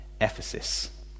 Ephesus